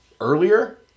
earlier